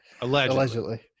Allegedly